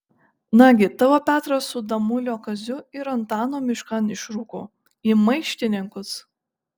nagi tavo petras su damulio kaziu ir antanu miškan išrūko į maištininkus